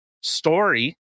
story